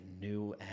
new